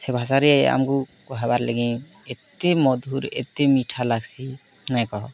ସେ ଭାଷାରେ ଆମକୁ କୁହାବାର୍ ଲାଗି ଏତେ ମଧୁର୍ ଏତେ ମିଠା ଲାଗ୍ସି ନାଇଁ କହ